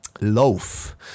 Loaf